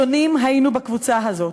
"שונים היינו בקבוצה הזאת.